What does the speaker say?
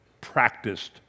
practiced